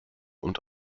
und